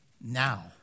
now